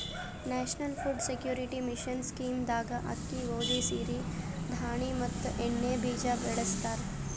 national food security mission scheme ದಾಗ ಅಕ್ಕಿ, ಗೋದಿ, ಸಿರಿ ಧಾಣಿ ಮತ್ ಎಣ್ಣಿ ಬೀಜ ಬೆಳಸ್ತರ